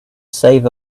save